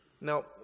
Now